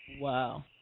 Wow